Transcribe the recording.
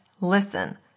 listen